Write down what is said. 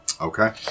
Okay